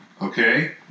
okay